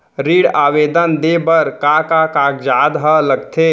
ऋण आवेदन दे बर का का कागजात ह लगथे?